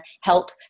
help